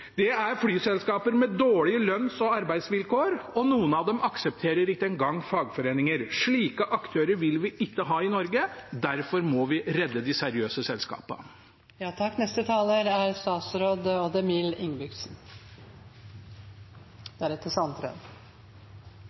Det er flyselskaper med dårlige lønns- og arbeidsvilkår, og noen av dem aksepterer ikke engang fagforeninger. Slike aktører vil vi ikke ha i Norge. Derfor må vi redde de seriøse selskapene. Jeg må jo si meg enig med foregående taler i at regjeringen er